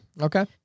Okay